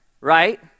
right